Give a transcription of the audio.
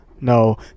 no